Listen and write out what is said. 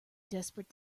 desperate